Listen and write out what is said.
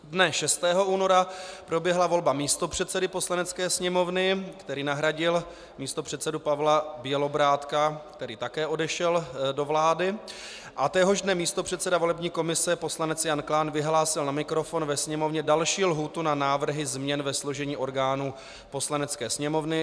Dne 6. února proběhla volba místopředsedy Poslanecké sněmovny, který nahradil místopředsedu Pavla Bělobrádka, který také odešel do vlády, a téhož dne místopředseda volební komise poslanec Jan Klán vyhlásil na mikrofon ve Sněmovně další lhůtu na návrhy změn ve složení orgánů Poslanecké sněmovny.